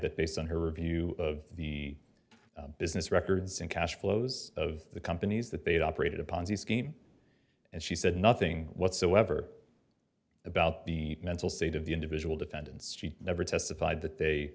that based on her review of the business records and cash flows of the companies that they'd operated a ponzi scheme and she said nothing whatsoever about the mental state of the individual defendants she never testified that they